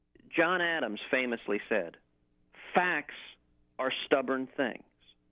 john adams famously said facts are stubborn things.